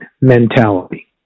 mentality